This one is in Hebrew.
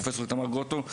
פרופסור גרוטו,